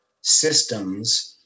systems